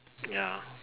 ya